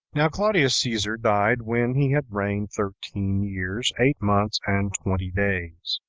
now claudius caesar died when he had reigned thirteen years, eight months, and twenty days